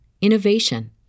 innovation